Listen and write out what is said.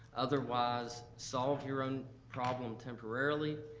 otherwise, solve your own problem temporarily,